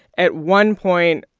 at one point,